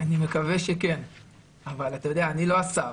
אני מקווה שכן אבל, אתה יודע, אני לא השר.